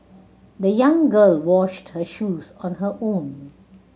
the young girl washed her shoes on her own